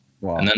Wow